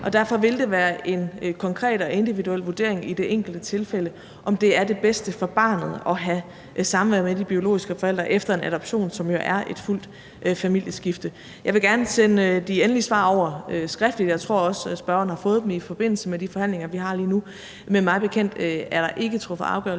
Derfor vil det være en konkret og individuel vurdering i det enkelte tilfælde, om det er det bedste for barnet at have samvær med de biologiske forældre efter en adoption, som jo er et fuldt familieskifte. Jeg vil gerne sende de endelige svar over skriftligt. Jeg tror også, at spørgeren har fået dem i forbindelse med de forhandlinger, vi har lige nu. Men mig bekendt er der ikke truffet afgørelse